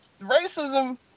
racism